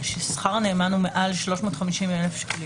יש בהם שכר הנאמן הוא מעל 350,000 שקלים?